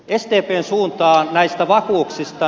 sdpn suuntaan näistä vakuuksista